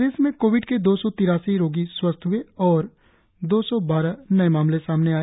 प्रदेश में कोविड के दो सौ तिरासी रोगी स्वस्थ हुए और दो सौ बारह नए मामले आए